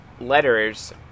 letters